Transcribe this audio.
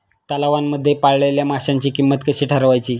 तलावांमध्ये पाळलेल्या माशांची किंमत कशी ठरवायची?